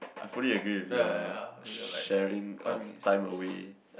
I fully agree with your sharing of time away